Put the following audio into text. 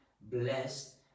blessed